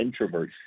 introverts